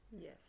Yes